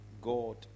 God